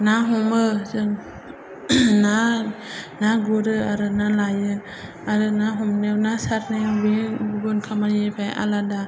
ना हमो जों ना गुरो आरो ना लायो आरो ना हमनायाव ना सारनायाव बे गुबुन खामानिनिफ्राय आलादा